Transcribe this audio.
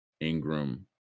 Ingram